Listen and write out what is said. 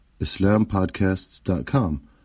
islampodcasts.com